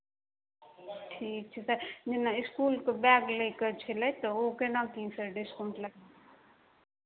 ठीक छै सर जेना इसकुलके बैग लै के छलै तऽ ओ केना की सर डिस्काउंट लगतै